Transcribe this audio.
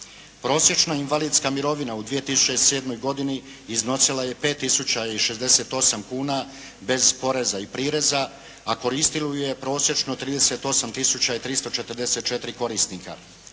Prosječna invalidska mirovina u 2007. godini iznosila je 5068 kuna bez poreza i prireza, a koristilo ju je prosječno 38344 korisnika.